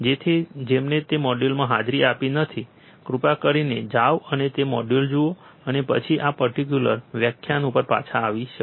તેથી જેમણે તે મોડ્યુલમાં હાજરી આપી નથી કૃપા કરીને જાઓ અને તે મોડ્યુલ જુઓ અને પછી તમે આ પર્ટીક્યુલર વ્યાખ્યાન ઉપર પાછા આવી શકો